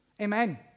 Amen